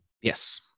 Yes